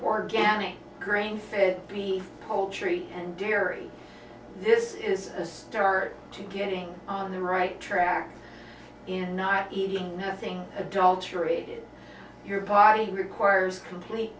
organic grain fed be poultry and dairy this is a start to getting the right track and not eating nothing adulterated your body requires complete